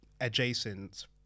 adjacent